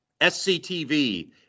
sctv